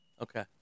okay